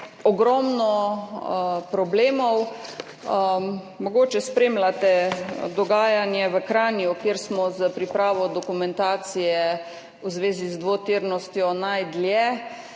ogromno problemov. Mogoče spremljate dogajanje v Kranju, kjer smo s pripravo dokumentacije v zvezi z dvotirnostjo najdlje.